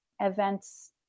events